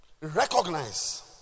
recognize